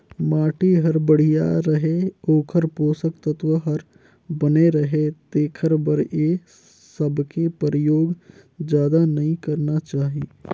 माटी हर बड़िया रहें, ओखर पोसक तत्व हर बने रहे तेखर बर ए सबके परयोग जादा नई करना चाही